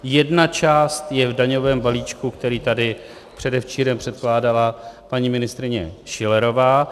Jedna část je v daňovém balíčku, který tady předevčírem předkládala paní ministryně Schillerová.